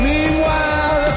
Meanwhile